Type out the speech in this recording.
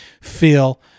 feel